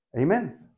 Amen